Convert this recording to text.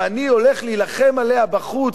ואני הולך להילחם עליה בחוץ,